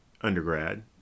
Undergrad